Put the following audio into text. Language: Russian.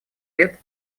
лет